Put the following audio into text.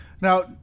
Now